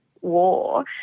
war